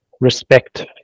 respect